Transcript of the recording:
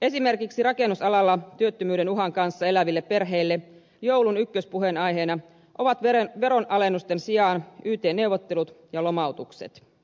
esimerkiksi rakennusalalla työttömyyden uhan kanssa eläville perheille joulun ykköspuheenaiheena ovat veronalennusten sijaan yt neuvottelut ja lomautukset